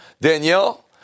Danielle